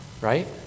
right